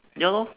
ya lor